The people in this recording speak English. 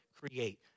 create